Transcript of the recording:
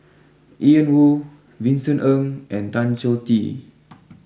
Ian Woo Vincent Ng and Tan Choh Tee